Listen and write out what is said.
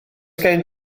gen